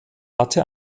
hatte